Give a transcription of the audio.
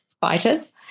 fighters